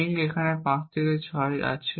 string এখানে পাঁচ থেকে ছয় A আছে